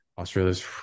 Australia's